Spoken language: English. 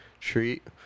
treat